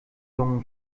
jungen